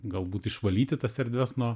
galbūt išvalyti tas erdves nuo